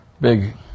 big